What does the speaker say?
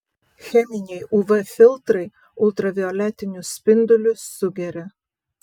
cheminiai uv filtrai ultravioletinius spindulius sugeria